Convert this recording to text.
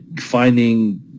finding